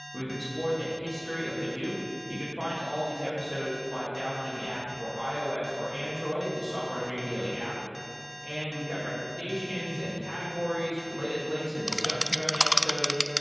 we've explored the history of hadoop. you could find all these episodes, by downloading the app for ios or android, the software engineering daily app and we've got recommendations and categories, related links and discussions around the episodes.